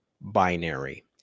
binary